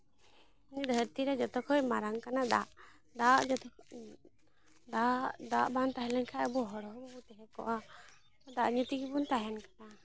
ᱫᱷᱟᱹᱨᱛᱤ ᱨᱮ ᱡᱚᱛᱚ ᱠᱷᱚᱱ ᱢᱟᱨᱟᱝ ᱠᱟᱱᱟ ᱫᱟᱜ ᱫᱟᱜ ᱡᱩᱫᱤ ᱫᱟᱜ ᱫᱟᱜ ᱵᱟᱝ ᱛᱟᱦᱮᱸ ᱞᱮᱱᱠᱷᱟᱱ ᱟᱵᱚ ᱦᱚᱲ ᱦᱚᱸ ᱵᱟᱵᱚ ᱛᱟᱦᱮᱸ ᱠᱚᱜᱼᱟ ᱫᱟᱜ ᱧᱩ ᱛᱮᱜᱮ ᱵᱚᱱ ᱛᱟᱦᱮᱱ ᱠᱟᱱᱟ